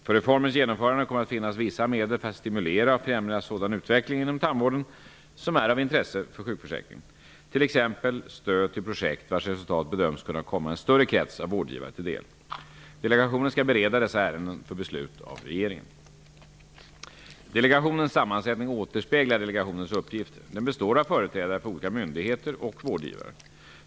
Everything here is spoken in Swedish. För reformens genomförande kommer att finnas vissa medel för att stimulera och främja sådan utveckling inom tandvården som är av intresse för sjukförsäkringen, t.ex. stöd till projekt vars resultat bedöms kunna komma en större krets av vårdgivare till del. Delegationen skall bereda dessa ärenden för beslut av regeringen. Delegationens sammansättning återspeglar delegationens uppgifter. Den består av företrädare för olika myndigheter och vårdgivare.